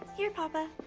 here papa.